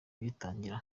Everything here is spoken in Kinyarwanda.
ugitangira